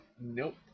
Nope